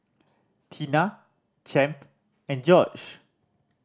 Tina Champ and George